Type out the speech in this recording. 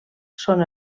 són